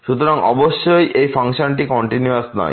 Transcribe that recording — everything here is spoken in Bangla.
সুতরাং অবশ্যই এই ফাংশনটি কন্টিনিউয়াসনয়